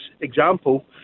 example